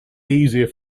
easier